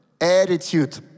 Attitude